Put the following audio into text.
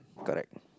correct